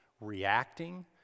reacting